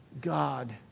God